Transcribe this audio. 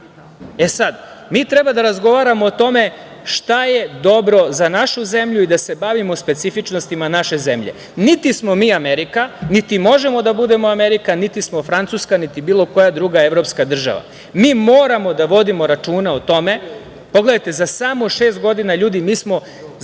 danu. Sad, mi treba da razgovaramo o tome šta je dobro za našu zemlju i da se bavimo specifičnostima naše zemlje. Niti smo mi Amerika, niti možemo da budemo Amerika, niti smo Francuska, niti bilo koja druga evropska država. Mi moramo da vodimo računa o tome, pogledajte za samo šest godina ljudi mi smo